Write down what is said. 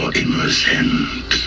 innocent